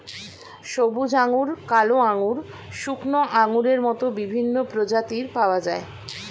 সবুজ আঙ্গুর, কালো আঙ্গুর, শুকনো আঙ্গুরের মত বিভিন্ন প্রজাতির পাওয়া যায়